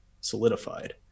solidified